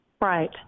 Right